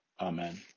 Amen